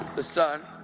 the son,